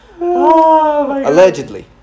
Allegedly